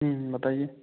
हूँ हूँ बताइए